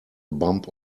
bump